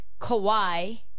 Kawhi